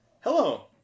Hello